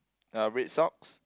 uh red socks